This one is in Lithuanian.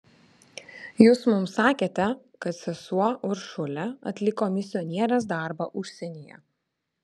jūs mums sakėte kad sesuo uršulė atliko misionierės darbą užsienyje